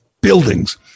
buildings